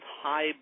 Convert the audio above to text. high